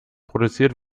produziert